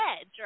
edge